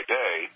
day